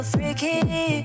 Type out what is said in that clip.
Freaky